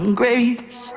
grace